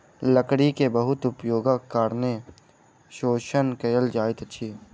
लकड़ी के बहुत उपयोगक कारणें शोषण कयल जाइत अछि